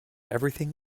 everything